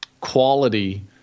quality